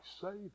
saved